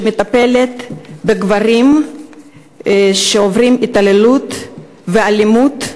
שמטפלת בגברים שעוברים התעללות ואלימות,